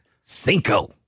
cinco